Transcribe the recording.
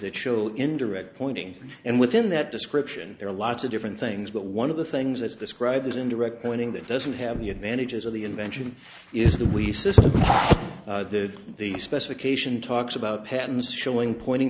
that show indirect pointing and within that description there are lots of different things but one of the things that's described as indirect pointing that doesn't have the advantages of the invention is the we system the specification talks about patents showing pointing